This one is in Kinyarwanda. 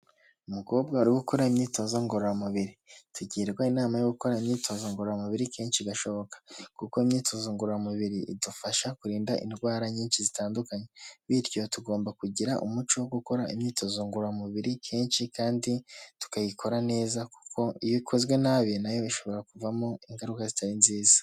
Umukobwa ari gukora imyitozo ngororamubiri, tugirwa inama yo gukora imyitozo ngororamubiri kenshi gashoboka. Kuko imyitozo ngororamubiri idufasha kurinda indwara nyinshi zitandukanye, bityo tugomba kugira umuco wo gukora imyitozo ngororamubiri kenshi kandi tukayikora neza kuko iyo ikozwe nabi na yo ishobora kuvamo ingaruka zitari nziza.